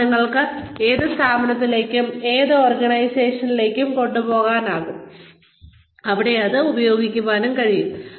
അത് നിങ്ങൾക്ക് ഏത് സ്ഥാപനത്തിലേക്കും ഏത് ഓർഗനൈസേഷനിലേക്കും കൊണ്ടുപോകാനും അവിടെ അത് ഉപയോഗിക്കാനും കഴിയും